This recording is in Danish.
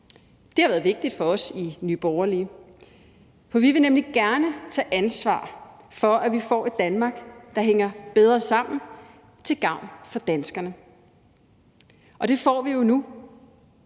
Det har været vigtigt for os i Nye Borgerlige, for vi vil nemlig gerne tage ansvar for, at vi får et Danmark, der hænger bedre sammen til gavn for danskerne, og det får vi jo nu,